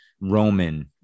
Roman